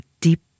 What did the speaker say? deep